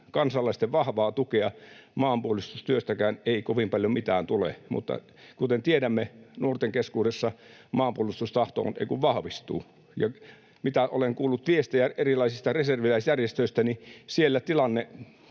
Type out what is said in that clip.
kansalaisten vahvaa tukea maanpuolustustyöstäkään ei kovin paljon mitään tule. Mutta kuten tiedämme, nuorten keskuudessa maanpuolustustahto sen kuin vahvistuu. Ja mitä olen kuullut viestejä erilaisista reserviläisjärjestöistä, niin siellä tilanne